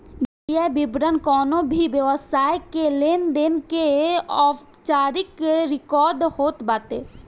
वित्तीय विवरण कवनो भी व्यवसाय के लेनदेन के औपचारिक रिकार्ड होत बाटे